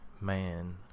man